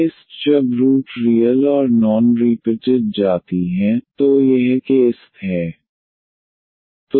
case I जब root real और non repeated जाती हैं तो यह केस I है